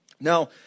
Now